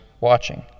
watching